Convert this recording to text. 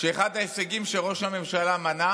שאחד ההישגים שראש הממשלה מנה